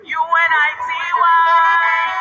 unity